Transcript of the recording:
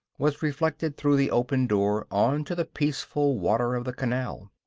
was reflected through the open door on to the peaceful water of the canal.